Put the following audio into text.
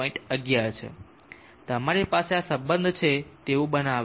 11 છે તમારી પાસે આ સંબંધ છે તેવું બનાવે છે